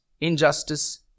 injustice